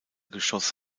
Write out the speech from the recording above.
geschoss